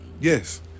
Yes